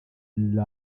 love